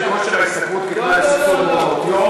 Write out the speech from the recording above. כושר ההשתכרות כתנאי לסבסוד מעונות-יום.